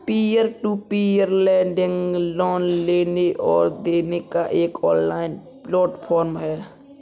peer to peer lending loan लेने और देने का एक ऑनलाइन प्लेटफ़ॉर्म है